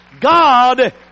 God